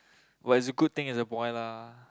but it's a good thing it's a boy lah